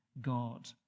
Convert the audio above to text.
God